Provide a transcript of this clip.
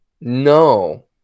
No